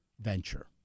venture